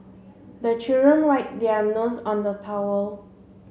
the children wipe their noses on the towel